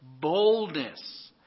boldness